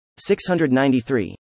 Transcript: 693